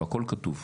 והכול כתוב.